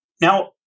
Now